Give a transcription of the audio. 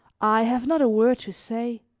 i have not a word to say,